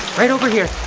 right over here.